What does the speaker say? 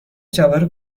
جواهر